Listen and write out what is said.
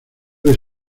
que